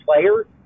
player